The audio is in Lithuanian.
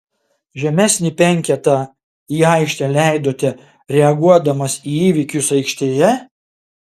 žemesnį penketą į aikštę leidote reaguodamas į įvykius aikštėje